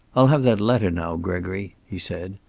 i'll have that letter now, gregory, he said.